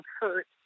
hurt